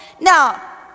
Now